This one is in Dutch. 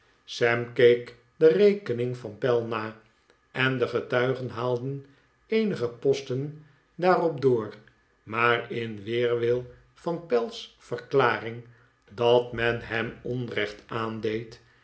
sam keek de rekening van pell na en de getuigen haalden eenige posten daarop door imaar in weerwil van pell's verklaring dat men hem onrecht aandeed en